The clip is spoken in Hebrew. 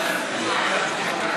להתחיל.